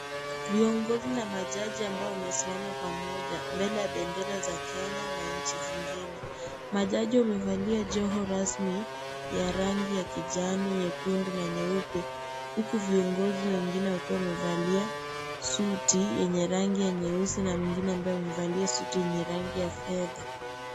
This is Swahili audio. Viongozi na majaji ambao wamesimama pamoja, mbele ya bendera za Kenya, na nchi zingine, majaji wamevalia joho rasmi, ya rangi ya kijani, nyekundu, na nyeupe, huku viongozi wengine wakiwa wamevalia, suti, yenye rangi ya nyeusi, na mwingine ambaye amevalia suti yenye rangi ya fedha.